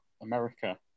America